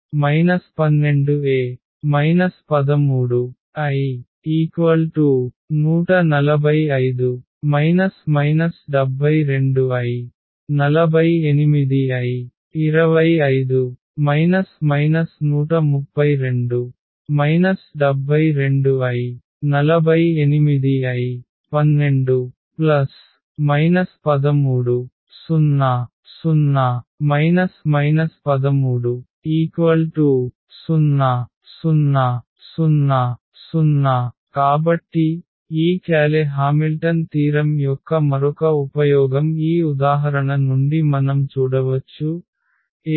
A2 12A 13I145 72i 48i 25 132 72i 48i 12 13 0 0 13 0 0 0 0 కాబట్టి ఈ Cayley Hamilton తీరం యొక్క మరొక ఉపయోగం ఈ ఉదాహరణ నుండి మనం చూడవచ్చు